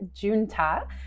Junta